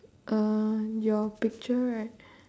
um your picture right